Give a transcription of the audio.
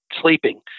sleeping